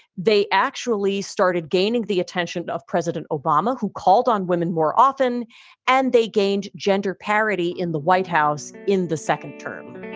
they actually started gaining the attention of president obama, who called on women more often and they gained gender parity in the white house in the second term